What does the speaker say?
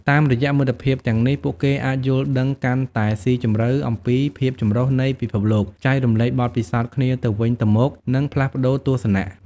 តាមរយៈមិត្តភាពទាំងនេះ ពួកគេអាចយល់ដឹងកាន់តែស៊ីជម្រៅអំពីភាពចម្រុះនៃពិភពលោក ចែករំលែកបទពិសោធន៍គ្នាទៅវិញទៅមក និងផ្លាស់ប្ដូរទស្សនៈ។